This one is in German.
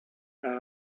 der